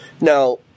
Now